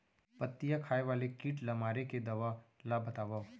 पत्तियां खाए वाले किट ला मारे के दवा ला बतावव?